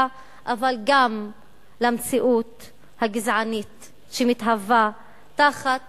אבל גם למציאות הגזענית שמתהווה תחת